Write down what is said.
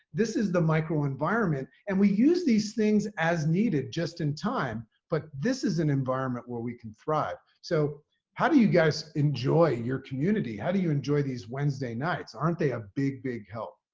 this is the microenvironment. and we use these things as needed just in time. but this is an environment where we can thrive. so how do you guys enjoy your community? how do you enjoy these wednesday nights? aren't they a big, big help?